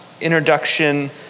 introduction